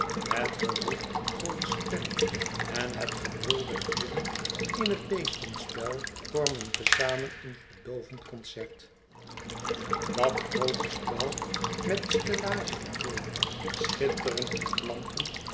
het geroep voor de spellen en het gebrul der dieren in het beestenspel vormen te zamen een verdoovend concert dat groote spel met de stellage er voor schitterend met lampen